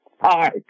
Hi